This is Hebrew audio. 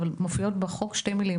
אבל בחוק מופיעות שתי מילים,